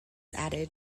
added